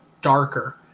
darker